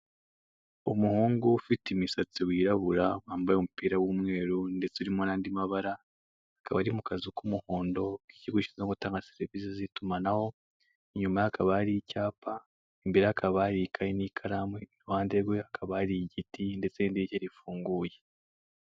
Umuhungu ufite imisatsi wirabura wambaye umupira w'umweru ndetse n'andi mabara, akaba ari mu kazu k'umuhondo, k'ikigo gishinzwe gutanga serivise z'itumanaho, inyuma ye hakaba hari icyapa, imbere ye hakaba hari ikayi n'ikaramu, iruhande rwe hakaba hari igiti, ndetse n'idirishya rifunguye.